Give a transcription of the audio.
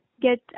get